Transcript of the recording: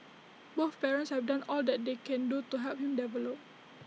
both parents have done all that they can do to help him develop